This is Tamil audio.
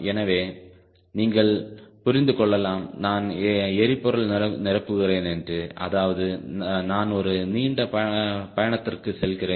எனவே நீங்கள் புரிந்து கொள்ளலாம் நான் எரிபொருள் நிரப்புகிறேன் என்று அதாவது நான் ஒரு நீண்ட பயணத்திற்கு செல்கிறேன்